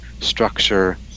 structure